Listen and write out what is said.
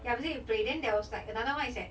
ya basically you play then there was like another [one] is at